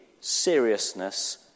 seriousness